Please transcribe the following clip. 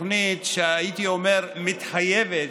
תוכנית שהייתי אומר שהיא מתחייבת,